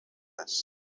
است